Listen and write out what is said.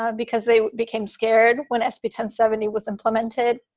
um because they became scared when sb ten, seventy was implemented.